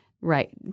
right